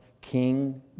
King